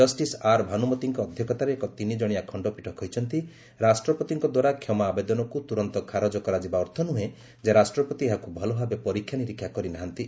justice ଆର୍ଭାନୁମତୀଙ୍କ ଅଧ୍ୟକ୍ଷତାରେ ଏକ ତିନିକ୍କଣିଆ ଖଣ୍ଡପୀଠ କହିଛନ୍ତି ରାଷ୍ଟ୍ରପତିଙ୍କ ଦ୍ୱାରା କ୍ଷମା ଆବେଦନକୁ ତୁରନ୍ତ ଖାରଜ କରାଯିବା ଅର୍ଥ ନୁହେଁ ଯେ ରାଷ୍ଟ୍ରପତି ଏହାକୁ ଭଲଭାବେ ପରୀକ୍ଷା ନିରୀକ୍ଷା କରିନାହାନ୍ତି